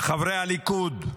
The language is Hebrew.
חברי הליכוד,